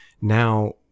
now